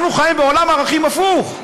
אנחנו חיים בעולם ערכים הפוך.